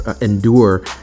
endure